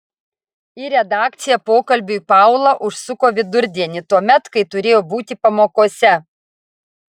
į redakciją pokalbiui paula užsuko vidurdienį tuomet kai turėjo būti pamokose